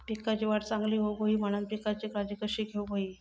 पिकाची वाढ चांगली होऊक होई म्हणान पिकाची काळजी कशी घेऊक होई?